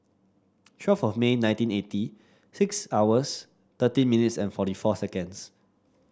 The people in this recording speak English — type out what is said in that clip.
twelve of May nineteen eighty six hours thirteen minutes and forty four seconds